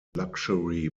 luxury